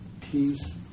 peace